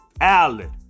Alan